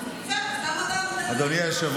אתה רוצה לקרוא